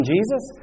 Jesus